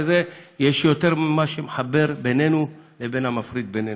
יש יותר מה שמחבר בינינו מהמפריד בינינו.